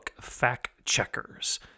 fact-checkers